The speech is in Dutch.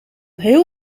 heel